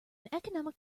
economics